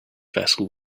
vessel